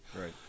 Right